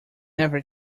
never